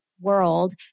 world